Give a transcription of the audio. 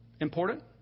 Important